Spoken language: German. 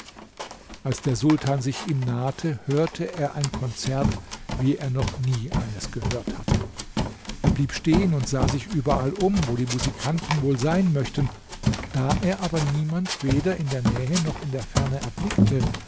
als der sultan sich ihm nahte hörte er ein konzert wie er noch nie eines gehört hatte er blieb stehen und sah sich überall um wo die musikanten wohl sein möchten da er aber niemand weder in der nähe noch in der ferne erblickte